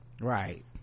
right